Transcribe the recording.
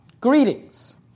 Greetings